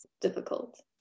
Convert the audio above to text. difficult